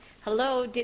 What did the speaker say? Hello